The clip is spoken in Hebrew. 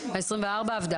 ה-24 עבדה,